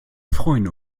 freuen